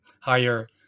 higher